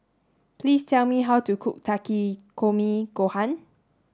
please tell me how to cook Takikomi Gohan